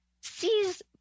sees